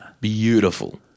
Beautiful